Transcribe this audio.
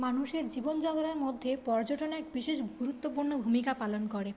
মানুষের জীবনযাপনের মধ্যে পর্যটন এক বিশেষ গুরুত্বপূর্ণ ভূমিকা পালন করে